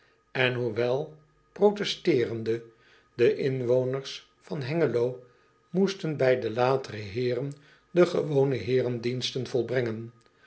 en hoewel protesteerende de inwoners van engelo moesten bij de latere eeren de gewone heerendiensten volbrengen